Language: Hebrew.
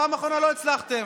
בפעם האחרונה לא הצלחתם.